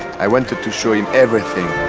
i wanted to show him everything